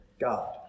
God